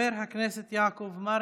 חבר הכנסת יעקב מרגי,